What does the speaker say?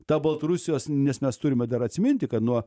ta baltarusijos nes mes turime dar atsiminti kad nuo